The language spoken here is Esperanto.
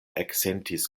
eksentis